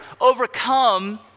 overcome